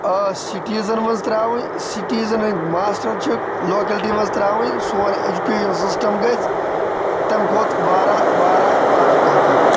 citizen منٛز ترٛاوٕنۍ citizen ہںٛدۍ ماسٹَر چھِکھ لوکیلٹی منٛز ترٛاوٕنۍ سون ایجوکیشَن سِسٹَم گژھِ تَمہِ کھۄتہٕ واریاہ واریاہ واریاہ بہتر